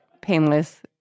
painless